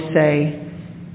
say